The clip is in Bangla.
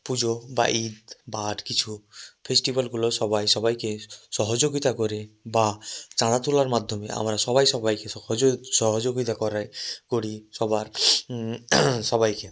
পুজো বা ঈদ বা আর কিছু ফেস্টিভ্যালগুলো সবাই সবাইকে সহযোগিতা করে বা চাঁদা তোলার মাধ্যমে আমরা সবাই সবাইকে সহযোগি সহযোগিতা করাই করি সবার সবাইকে